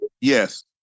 Yes